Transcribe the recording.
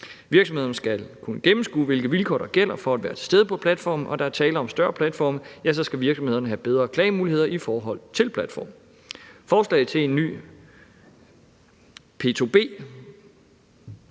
Virksomhederne skal kunne gennemskue, hvilke vilkår der gælder for at være til stede på platformen, og er der tale om større platforme, skal virksomhederne have bedre klagemuligheder i forhold til platformen. Forslaget til en ny